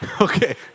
okay